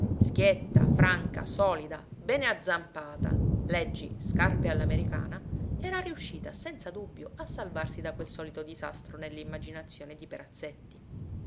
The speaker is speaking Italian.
schietta franca solida bene azzampata leggi scarpe all'americana era riuscita senza dubbio a salvarsi da quel solito disastro nell'immaginazione di perazzetti